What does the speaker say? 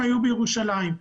היו בירושלים.